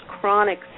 chronic